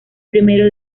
primero